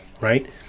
right